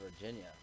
Virginia